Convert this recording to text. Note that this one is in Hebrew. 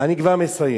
אני כבר מסיים.